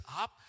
up